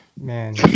man